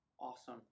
Awesome